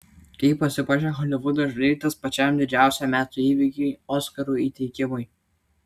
kaip pasipuošia holivudo žvaigždės pačiam didžiausiam metų įvykiui oskarų įteikimui